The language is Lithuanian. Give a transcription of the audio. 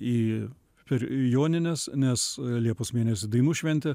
į per jonines nes liepos mėnesį dainų šventė